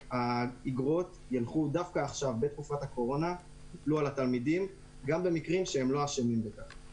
שהאגרות ייפלו על התלמידים גם במקרים שהם לא אשמים בביטול הטסט.